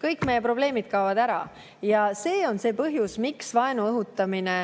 kõik meie probleemid ära. See on see põhjus, miks vaenu õhutamine